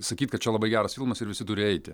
sakyt kad čia labai geras filmas ir visi turi eiti